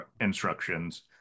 instructions